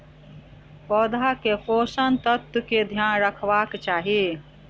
पौधा के पोषक तत्व के ध्यान रखवाक चाही